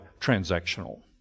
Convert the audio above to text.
transactional